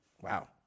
Wow